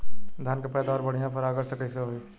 धान की पैदावार बढ़िया परागण से कईसे होई?